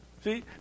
See